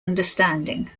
understanding